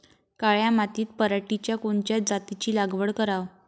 काळ्या मातीत पराटीच्या कोनच्या जातीची लागवड कराव?